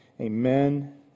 amen